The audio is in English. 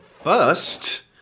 first